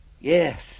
Yes